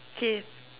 okay